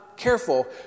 careful